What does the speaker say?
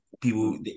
people